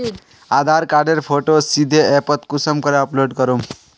आधार कार्डेर फोटो सीधे ऐपोत कुंसम करे अपलोड करूम?